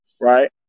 right